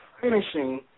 finishing